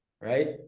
right